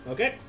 Okay